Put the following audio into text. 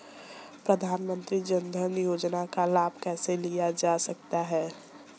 प्रधानमंत्री जनधन योजना का लाभ कैसे लिया जा सकता है?